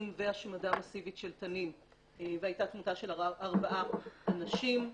והשמדה מאסיבית של תנים והיתה תמותה של ארבעה אנשים.